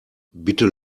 bitte